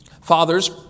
Fathers